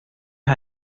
her